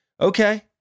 okay